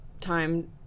time